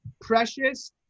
Precious